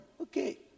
Okay